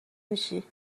میشی